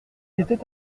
était